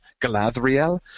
Galadriel